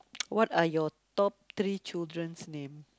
what are your top three children's name